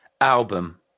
album